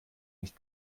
nicht